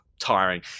tiring